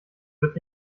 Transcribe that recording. wird